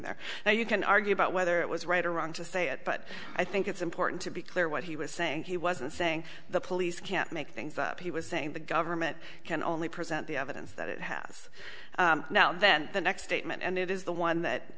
and you can argue about whether it was right or wrong to say it but i think it's important to be clear what he was saying he wasn't saying the police can't make things up he was saying the government can only present the evidence that it has now and then the next statement and it is the one that